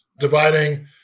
Dividing